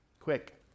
quick